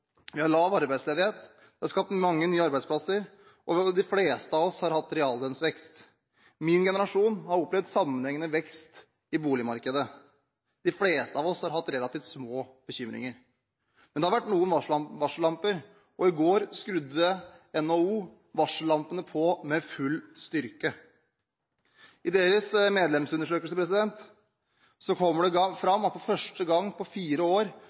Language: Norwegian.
Vi har lav arbeidsledighet. Det er skapt mange nye arbeidsplasser, og de fleste av oss har hatt reallønnsvekst. Min generasjon har opplevd en sammenhengende vekst i boligmarkedet. De fleste av oss har hatt relativt små bekymringer. Men det har vært noen varsellamper. I vår skrudde NHO varsellampene på med full styrke. I deres medlemsundersøkelse kommer det fram, for første gang på fire år,